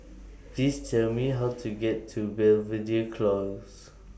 Please Tell Me How to get to Belvedere Close